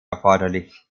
erforderlich